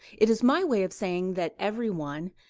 it is my way of saying that everyone,